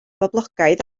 boblogaidd